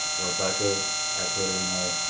rebecca had put in a